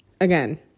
again